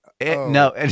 No